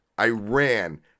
Iran